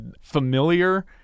familiar